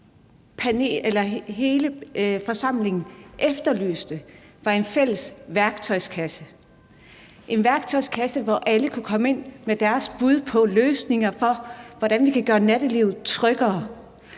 det, hele forsamlingen har efterlyst, er en fælles værktøjskasse – en værktøjskasse, hvor alle kunne komme med deres bud på løsninger til at gøre nattelivet tryggere.